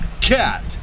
Cat